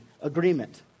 agreement